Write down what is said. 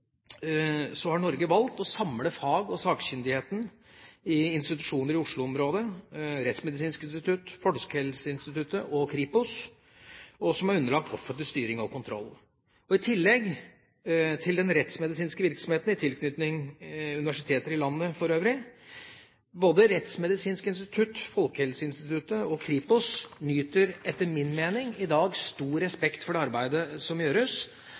har Norge valgt å samle fag- og sakkyndigheten i institusjoner i Oslo-området – Rettsmedisinsk institutt, Folkehelseinstituttet og Kripos – som er underlagt offentlig styring og kontroll, i tillegg til den rettsmedisinske virksomheten i tilknytning til universiteter i landet for øvrig. Både Rettsmedisinsk institutt, Folkehelseinstituttet og Kripos nyter etter min mening i dag stor respekt for det arbeidet som gjøres,